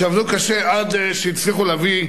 שעבדו קשה עד שהצליחו להביא